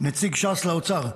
נציג ש"ס לאוצר.